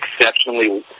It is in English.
exceptionally